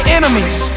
enemies